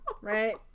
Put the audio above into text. Right